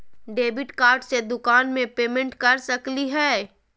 Debit card से दुकान में पेमेंट कर सकली हई?